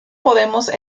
podemos